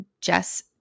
Jess